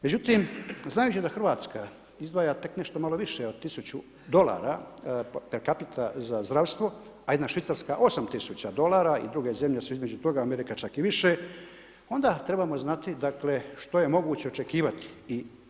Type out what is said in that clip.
Međutim, znajući da Hrvatska izdvaja tek nešto malo više od 1000 dolara per capital za zdravstvo a jedna Švicarska 8 tisuća dolara i druge zemlje su između toga, Amerika čak i više, onda trebamo znati dakle što je moguće očekivati.